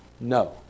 No